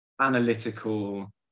analytical